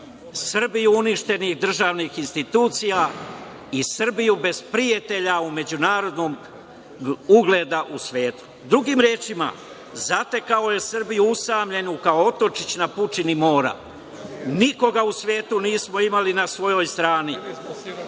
Srbiju uništenih državnih institucija i Srbiju bez prijatelja u međunarodnom ugleda u svetu. Drugim rečima, zatekao je Srbiju usamljenu kao otočić na pučini mora. Nikoga u svetu nismo imali na svojoj strani.